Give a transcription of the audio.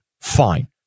Fine